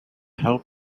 help